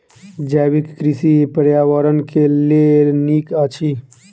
जैविक कृषि पर्यावरण के लेल नीक अछि